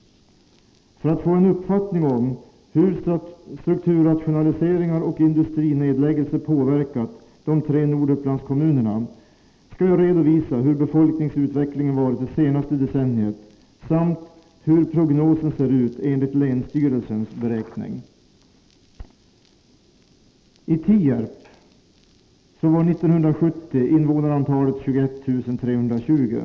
För att ge en uppfattning om hur struktur — Nr 12 rationaliseringar och industrinedläggelser påverkat de tre Nordupplands TN /:: Torsdagen den kommunerna skall jag redovisa hur befolkningsutvecklingen varit under det 20 oktober 1983 senaste decenniet samt hur prognosen ser ut enligt länsstyrelsens beräkning. I Tierp var invånarantalet 21 320 år 1970.